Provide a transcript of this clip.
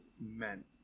men